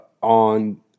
on